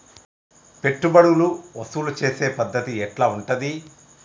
పెట్టుబడులు వసూలు చేసే పద్ధతి ఎట్లా ఉంటది?